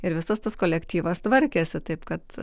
ir visas tas kolektyvas tvarkėsi taip kad